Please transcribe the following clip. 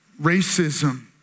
racism